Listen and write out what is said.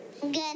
Good